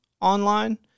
online